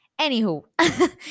anywho